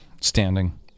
standing